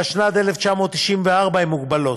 התשנ"ד 1994, היא מוגבלת.